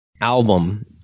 Album